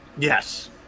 Yes